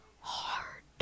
hard